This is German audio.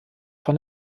von